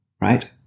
right